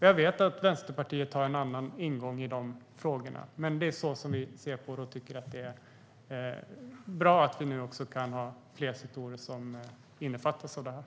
Jag vet att Vänsterpartiet har en annan ingång i de frågorna. Men det är så som vi ser på det, och vi tycker att det är bra att vi nu kan ha fler sektorer som innefattas av det här.